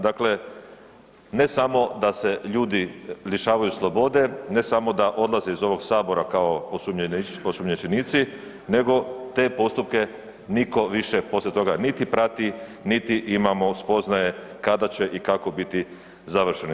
Dakle, ne samo da se ljudi lišavaju slobode, ne samo da odlaze iz ovog Sabora kao osumnjičenici, nego te postupke nitko više poslije toga niti prati niti imamo spoznaje kada će i kako biti završeno.